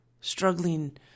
struggling